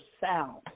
sound